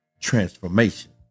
transformation